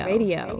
Radio